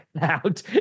out